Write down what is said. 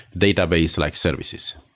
database like services.